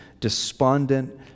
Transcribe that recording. despondent